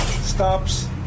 stops